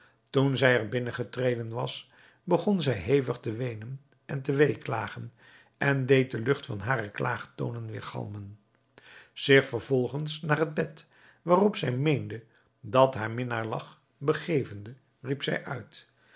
toen zij er binnengetreden was begon zij hevig te weenen en te weeklagen en deed de lucht van hare klaagtoonen weêrgalmen zich vervolgens naar het bed waarop zij meende dat haar minnaar lag begevende riep zij uit